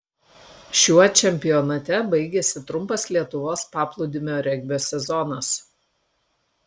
šiuo čempionate baigėsi trumpas lietuvos paplūdimio regbio sezonas